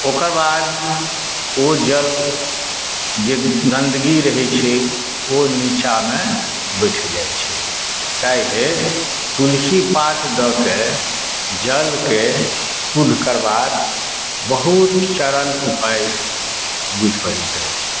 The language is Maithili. ओकर बाद ओ जल जे गंदगी रहै छै ओ नीचामे बैठि जाय छै तैं लेल तुलसी पात दऽ के जलके शुद्ध करबाक बहुत सरल उपाय बुझि परैत अछि